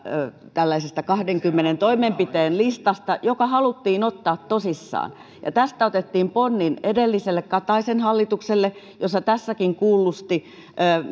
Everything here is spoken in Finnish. kahteenkymmeneen toimenpiteen listasta joka haluttiin ottaa tosissaan tästä otettiin ponnin edelliselle kataisen hallitukselle jossa tässäkin kuullusti